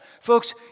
Folks